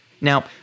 Now